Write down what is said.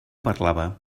parlava